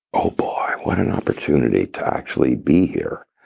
oh boy, what an opportunity to actually be here,